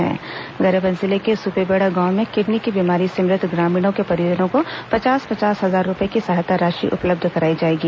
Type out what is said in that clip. सुपेबेड़ा मुख्यमंत्री गरियाबंद जिले के सुपेबेड़ा गांव में किडनी की बीमारी से मृत ग्रामीणों के परिजनों को पचास पचास हजार रूपए की सहायता राशि उपलब्ध कराई जाएगी